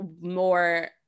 more